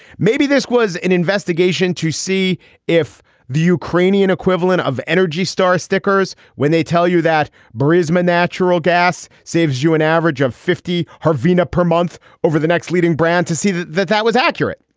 maybe this was an investigation to see if the ukrainian equivalent of energy star stickers when they tell you that brisman natural gas saves you an average of fifty her veena per month over the next leading brand to see that that that was accurate.